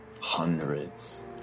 hundreds